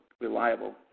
reliable